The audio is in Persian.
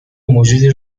موجودی